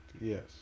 yes